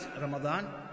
Ramadan